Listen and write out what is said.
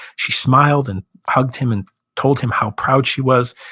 she smiled and hugged him and told him how proud she was,